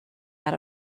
out